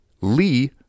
Lee